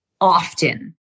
often